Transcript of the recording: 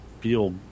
feel